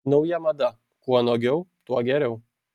nauja mada kuo nuogiau tuo geriau